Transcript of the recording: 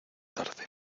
tarde